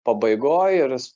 pabaigoj ir jis